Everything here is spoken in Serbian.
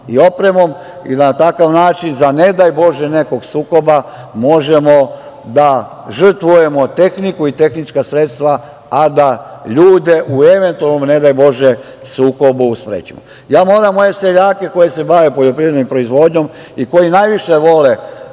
i opremom i da na takav način, ne daj Bože nekog sukoba, možemo da žrtvujemo tehniku i tehnička sredstva, a da ljude u eventualnom sukobu sprečimo. Moram moje seljake koji se bave poljoprivrednom proizvodnjom i koji najviše vole